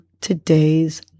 today's